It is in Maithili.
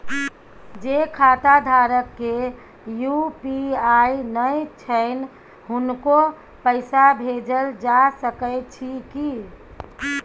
जे खाता धारक के यु.पी.आई नय छैन हुनको पैसा भेजल जा सकै छी कि?